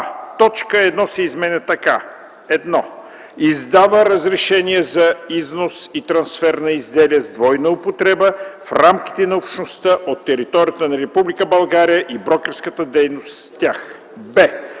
точка 1 се изменя така: „1. издава разрешения за износ и трансфер на изделия с двойна употреба в рамките на Общността от територията на Република България и брокерската дейност с тях;”